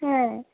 হ্যাঁ